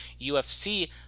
UFC